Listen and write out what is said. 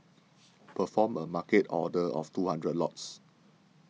perform a Market order of two hundred lots